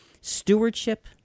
Stewardship